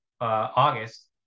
august